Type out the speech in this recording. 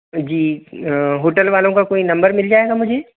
जी hotel वालों का कोई नंबर मिल जाएगा मुझे